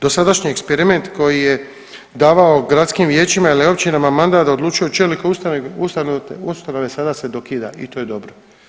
Dosadašnji eksperiment koji je davao gradskim vijećima ili općinama mandat da odlučuju o čelniku ustanove sada se dokida i to je dobro.